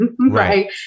right